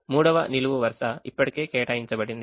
3వ నిలువు వరుస ఇప్పటికే కేటాయించబడింది